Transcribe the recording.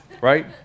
right